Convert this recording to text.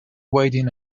waiting